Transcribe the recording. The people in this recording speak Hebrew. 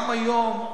גם היום,